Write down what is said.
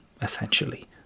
essentially